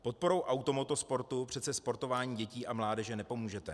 Podporou automoto sportu přece sportování dětí a mládeže nepomůžete.